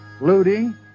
looting